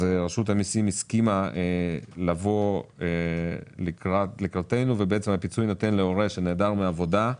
רשות המסים הסכימה לבוא לקראתנו והפיצוי יינתן להורה אחד שנעדר מהעבודה,